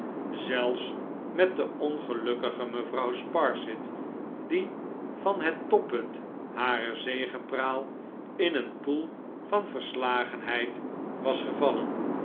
zelfs met de ongelukkige mcvrouw sparsit die van het toppunt harer zegepraal in een poel van verslagenheid was gevallen